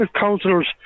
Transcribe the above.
councillors